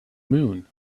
moon